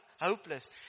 hopeless